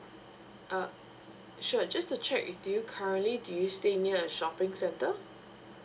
err sure just to check with you currently do you stay near a shopping centre